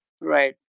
Right